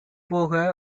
போக